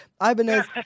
Ibanez